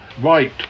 Right